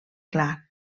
clar